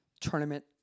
tournament